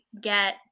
get